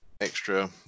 extra